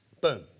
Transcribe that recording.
boom